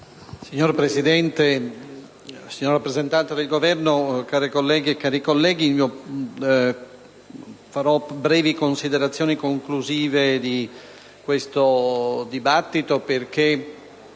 Signor Presidente, signor rappresentante del Governo, care colleghe e cari colleghi, farò brevi considerazioni conclusive di questo dibattito perché,